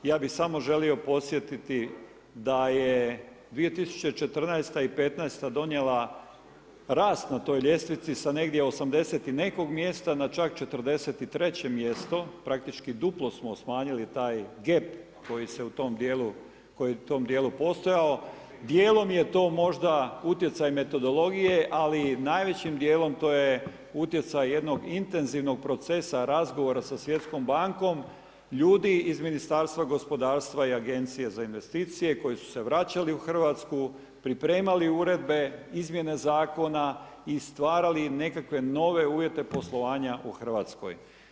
Ja bih samo želio podsjetiti da je 2014. i 2015. donijela rast na toj ljestvici sa negdje 80 i nekog mjesta na čak 43 mjesto, praktički duplo smo smanjili taj gap koji se u tom dijelu, koji je u tom dijelu postojao, djelom je to možda utjecaj metodologije ali najvećim dijelom to je utjecaj jednog intenzivnog procesa razgovora sa Svjetskom bankom, ljudi iz Ministarstva gospodarstva i Agencije za investicije koji su se vraćali u Hrvatsku, pripremali uredbe, izmjene zakona i stvarali nekakve nove uvjete poslovanja u Hrvatskoj.